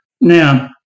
Now